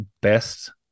best